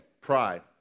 pride